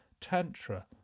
Tantra